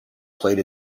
played